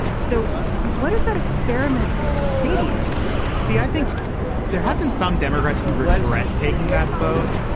so what does that experiment say to you see i think there have been some democrats who regret taking that vote.